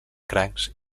crancs